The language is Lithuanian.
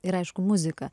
ir aišku muziką